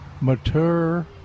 mature